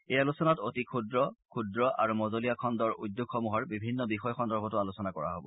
এই আলোচনাত অতি ক্ষুদ্ৰ ক্ষুদ্ৰ আৰু মজলীয়া খণ্ডৰ উদ্যোগসমূহৰ বিভিন্ন বিষয় সন্দৰ্ভতো আলোচনা কৰা হ'ব